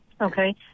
Okay